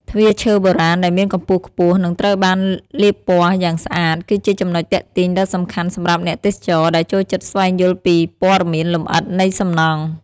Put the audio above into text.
ទ្វារឈើបុរាណដែលមានកម្ពស់ខ្ពស់ និងត្រូវបានលាបពណ៌យ៉ាងស្អាត គឺជាចំណុចទាក់ទាញដ៏សំខាន់សម្រាប់អ្នកទេសចរដែលចូលចិត្តស្វែងយល់ពីព័ត៌មានលម្អិតនៃសំណង់។